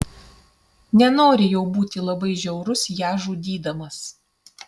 nenori jau būti labai žiaurus ją žudydamas